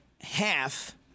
Half